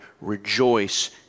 rejoice